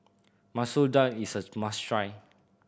Masoor Dal is a must try